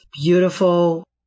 beautiful